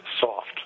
soft